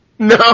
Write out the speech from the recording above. No